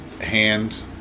hand